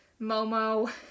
momo